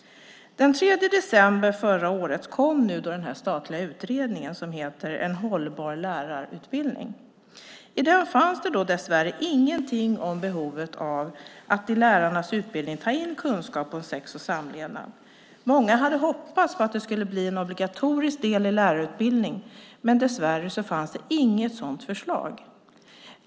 Den 3 december förra året kom den statliga utredning som heter En hållbar lärarutbildning . I den fanns det dessvärre ingenting om behovet av att i lärarnas utbildning ta in kunskap om sex och samlevnad. Många hade hoppats på att det skulle bli en obligatorisk del i lärarutbildningen, men dessvärre fanns det inte något sådant förslag.